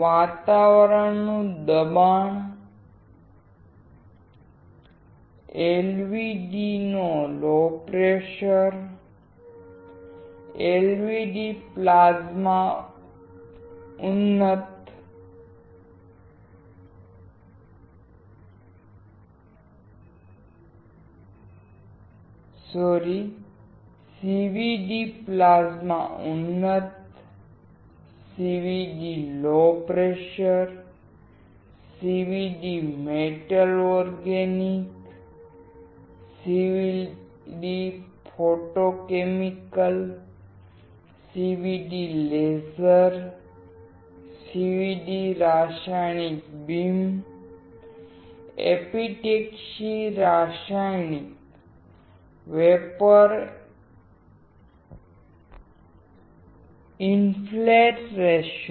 વાતાવરણ નુ દબાણ CVD low pressure CVD plasma ઉન્નત CVD metal organic CVD photochemical CVD laser CVD રાસાયણિક બીમ એપિટેક્સી રાસાયણિક વેપોર ઇન્ફિલ્ટ્રેશન